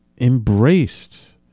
embraced